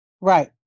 Right